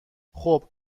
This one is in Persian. خوب